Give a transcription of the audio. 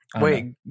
wait